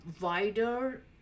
wider